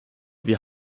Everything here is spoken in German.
wir